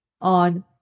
on